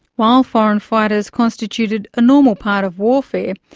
while foreign fighters constituted a normal part of warfare,